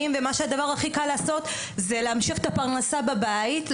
ומה שהדבר הכי קל לעשות זה להמשיך את הפרנסה בבית.